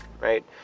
right